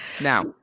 now